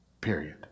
period